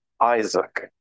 Isaac